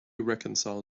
reconcile